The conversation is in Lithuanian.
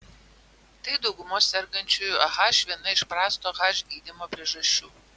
tai daugumos sergančiųjų ah viena iš prasto ah gydymo priežasčių